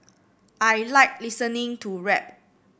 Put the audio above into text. I like listening to rap